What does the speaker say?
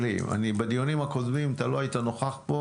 בדיונים הקודמים לא היית נוכח כאן,